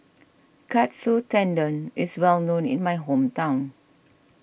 Katsu Tendon is well known in my hometown